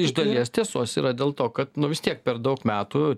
iš dalies tiesos yra dėl to kad nu vis tiek per daug metų